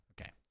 Okay